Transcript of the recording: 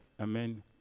Amen